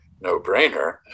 no-brainer